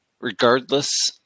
Regardless